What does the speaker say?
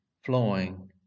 flowing